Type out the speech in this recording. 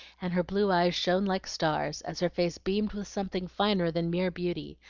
and her blue eyes shone like stars as her face beamed with something finer than mere beauty,